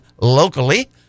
locally